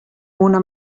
una